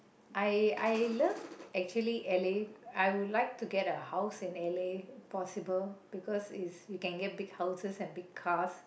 I I love actually L_A I would like to get a house in L_A if possible because is you can get big houses and big cars